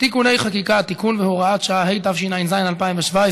(תיקוני חקיקה) (תיקון והוראת שעה), התשע"ז 2017,